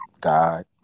God